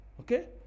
Okay